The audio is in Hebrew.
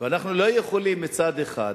ואנחנו לא יכולים מצד אחד